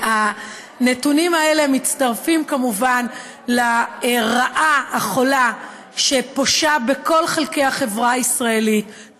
הנתונים האלה מצטרפים כמובן לרעה החולה שפושה בכל חלקי החברה הישראלית,